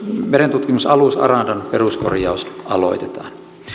merentutkimusalus arandan peruskorjaus aloitetaan